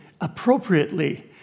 appropriately